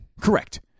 Correct